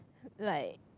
like